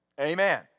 Amen